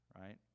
right